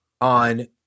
on